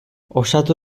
osatu